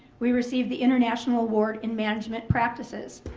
we received the international award in management practices.